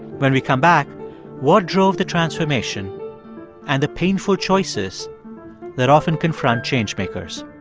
when we come back what drove the transformation and the painful choices that often confront change-makers?